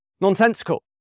nonsensical